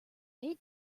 aid